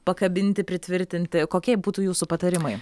pakabinti pritvirtinti kokie būtų jūsų patarimai